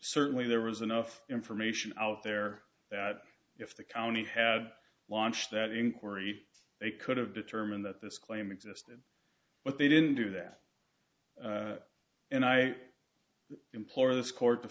certainly there was enough information out there that if the county have launched that inquiry they could have determined that this claim existed but they didn't do that and i implore this court to